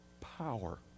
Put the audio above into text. power